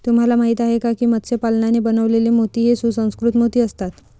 तुम्हाला माहिती आहे का की मत्स्य पालनाने बनवलेले मोती हे सुसंस्कृत मोती असतात